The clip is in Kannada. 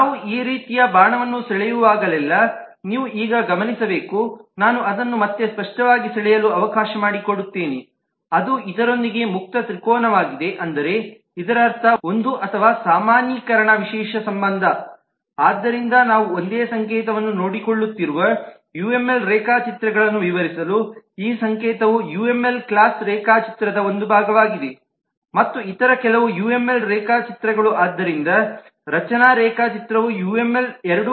ನಾವು ಈ ರೀತಿಯ ಬಾಣವನ್ನು ಸೆಳೆಯುವಾಗಲೆಲ್ಲಾ ನೀವು ಈಗ ಗಮನಿಸಿರಬೇಕು ನಾನು ಅದನ್ನು ಮತ್ತೆ ಸ್ಪಷ್ಟವಾಗಿ ಸೆಳೆಯಲು ಅವಕಾಶ ಮಾಡಿಕೊಡುತ್ತೇನೆ ಅದು ಇದರೊಂದಿಗೆ ಮುಕ್ತ ತ್ರಿಕೋನವಾಗಿದೆ ಅಂದರೆ ಇದರರ್ಥ ಒಂದು ಅಥವಾ ಸಾಮಾನ್ಯೀಕರಣ ವಿಶೇಷ ಸಂಬಂಧ ಆದ್ದರಿಂದ ನಾವು ಒಂದೇ ಸಂಕೇತವನ್ನು ನೋಡಿಕೊಳ್ಳುತ್ತಿರುವ ಯುಎಂಎಲ್ ರೇಖಾಚಿತ್ರಗಳನ್ನು ವಿವರಿಸಲುಈ ಸಂಕೇತವು ಯುಎಂಎಲ್ ಕ್ಲಾಸ್ ರೇಖಾಚಿತ್ರದ ಒಂದು ಭಾಗವಾಗಿದೆ ಮತ್ತು ಇತರ ಕೆಲವು ಯುಎಂಎಲ್ ರೇಖಾಚಿತ್ರಗಳು ಆದ್ದರಿಂದ ರಚನಾ ರೇಖಾಚಿತ್ರವು ಯುಎಂಎಲ್ 2